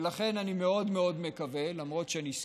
ולכן אני מאוד מאוד מקווה, למרות שאני סקפטי,